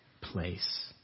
place